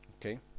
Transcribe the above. Okay